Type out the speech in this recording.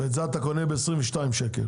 ואת זה אתה קונה ב-22 ₪?